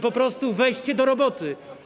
Po prostu weźcie się do roboty.